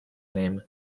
named